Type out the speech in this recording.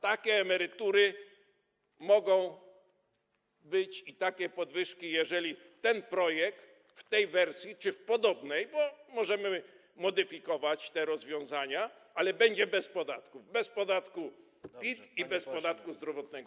Takie emerytury mogą być i takie podwyżki, jeżeli ten projekt w tej wersji, czy w podobnej, bo możemy modyfikować te rozwiązania, ale będzie bez podatków: bez podatku PIT i bez podatku zdrowotnego.